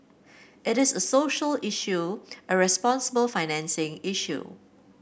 it is a social issue a responsible financing issue